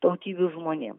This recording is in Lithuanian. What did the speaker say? tautybių žmonėm